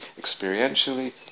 experientially